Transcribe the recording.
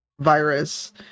Virus